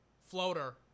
Floater